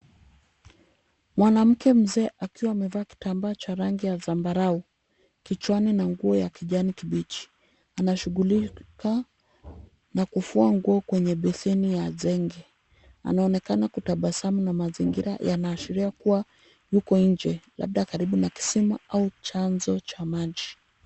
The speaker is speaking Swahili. Mwanamke mzee akiwa amevaa kitambaa cha rangi ya zambarau kichwani na nguo ya kijani kibichi. Anashughulika na kufua nguo kwenye beseni ya zenge, anaonekana kutabasamu na mazingira yanaashiria kuwa yuko nje labda karibu na kisima au chanzo cha maji.